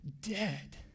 dead